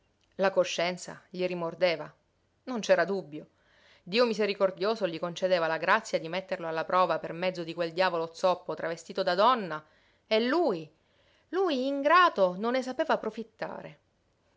la coscienza gli rimordeva non c'era dubbio dio misericordioso gli concedeva la grazia di metterlo alla prova per mezzo di quel diavolo zoppo travestito da donna e lui lui ingrato non ne sapeva profittare